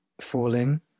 falling